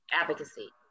advocacy